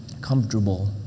comfortable